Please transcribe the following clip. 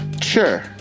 Sure